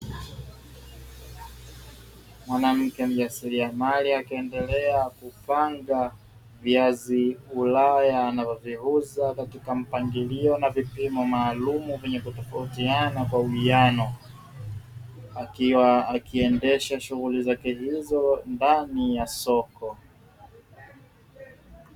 Mwanamke mjasiriamali akiendelea kupanga viazi ulaya anavyoviuza katika mpangilio na vipimo maalumu, vyenye kutofautiana kwa uwiano, akiwa akiendesha shughuli zake hizo ndani ya soko.